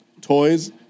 Toys